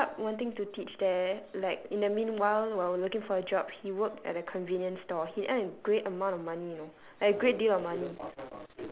he ended up wanting to teach there like in the meanwhile while looking for a job he worked at a convenience store he earned a great amount of money you know like a great deal of money